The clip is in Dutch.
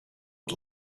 het